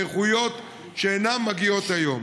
באיכויות שאינן מגיעות היום.